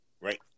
Right